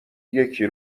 یکی